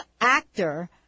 actor